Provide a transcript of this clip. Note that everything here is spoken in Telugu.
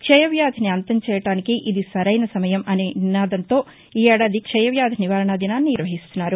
క్షయ వ్యాధిని అంతం చేయడానికి ఇది సరైన సమయం అనే నినాదంతో ఈ ఏడాది క్షయ వ్యాధి నివారణ దినాన్ని నిర్వహిస్తున్నారు